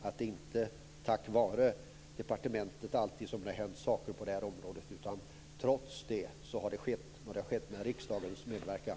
Det är inte alltid tack vare departementet som det har hänt saker på det här området, utan det har skett trots det, och det har skett med riksdagens medverkan.